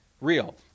real